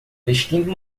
vestindo